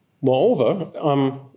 Moreover